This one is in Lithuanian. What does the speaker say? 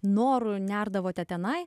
noru nerdavote tenai